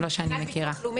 מבחינת ביטוח לאומי,